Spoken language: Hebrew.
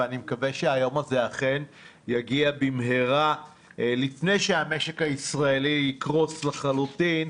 ואני מקווה שאכן היום הזה יגיע במהרה לפני שהמשק הישראלי יקרוס לחלוטין,